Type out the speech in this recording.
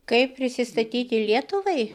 kaip prisistatyti lietuvai